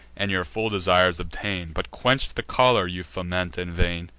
and your full desires obtain but quench the choler you foment in vain.